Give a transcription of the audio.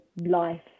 life